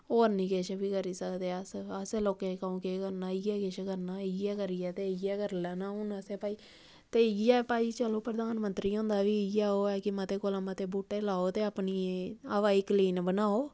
होर निं किश बी करी सकदे आस असें लोकें कदूं केह् करना इ'यै किश करना ते इ'यै करियै ते इ'यै करी लैना हून असें भाई ते इ'यै भाई चलो प्रधानमंत्री हुंदा बी इ'यै ओह् ऐ कि मते कोला मते बूह्टे लाओ ते अपनी हवा गी क्लीन बनाओ